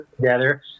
together